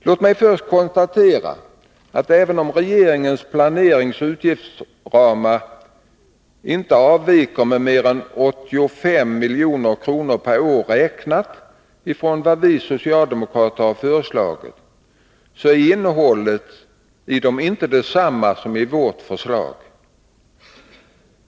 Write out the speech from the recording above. Låt mig börja med att konstatera att även om regeringens planeringsoch utgiftsramar inte avviker från vad vi socialdemokrater har föreslagit med mer än 85 milj.kr. per år räknat, är innehållet i dem inte det samma som i vårt förslag.